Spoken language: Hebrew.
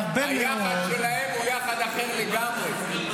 היחד שלהם הוא יחד אחר לגמרי.